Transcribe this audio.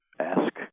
Ask